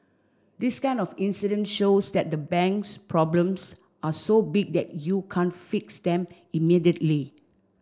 this kind of incident shows that the bank's problems are so big that you can't fix them immediately